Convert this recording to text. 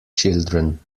children